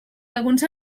alguns